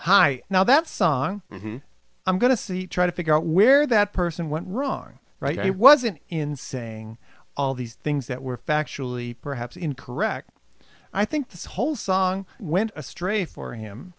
high now that song i'm going to see try to figure out where that person went wrong right i wasn't in saying all these things that were factually perhaps in correct i think this whole song went astray for him